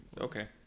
Okay